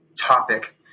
topic